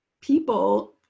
people